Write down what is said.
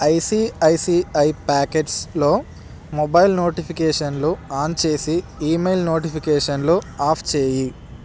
ICICI ప్యాకెట్స్లో mobile నోటిఫికేషన్లు on చేసి ఈమెయిల్ నోటిఫికేషన్లు ఆఫ్ చేయి